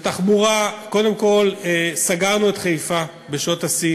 בתחבורה, קודם כול, סגרנו את חיפה בשעות השיא